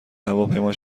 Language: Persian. هواپیما